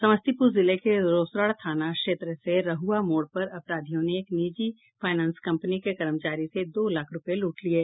समस्तीपूर जिले के रोसड़ा थाना क्षेत्र के रहआ मोड़ पर अपराधियों ने एक निजी फायनांस कंपनी के कर्मचारी से दो लाख रूपये लूट लिये